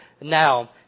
now